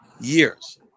years